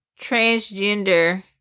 transgender